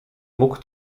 mógł